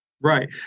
Right